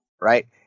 Right